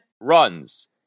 runs